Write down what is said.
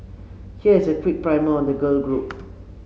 here is a quick primer on the girl group